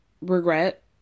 regret